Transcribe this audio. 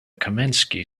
kamenskih